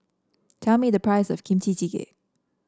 tell me the price of Kimchi Jjigae